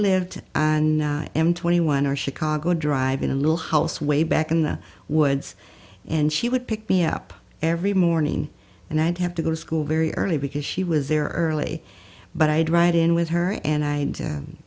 lived and i am twenty one our chicago drive in a little house way back in the woods and she would pick me up every morning and i'd have to go to school very early because she was there early but i'd write in with her and i